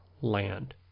land